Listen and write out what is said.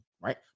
right